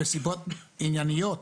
וסיבות ענייניות.